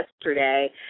yesterday